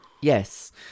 Yes